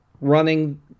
running